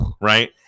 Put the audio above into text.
right